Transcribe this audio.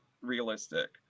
realistic